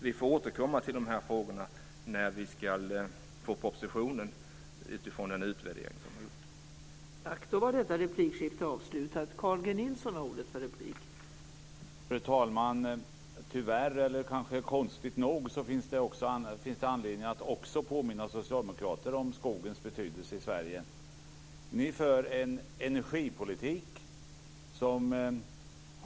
Vi får återkomma till de här frågorna när vi får propositionen och den utvärdering som har gjorts.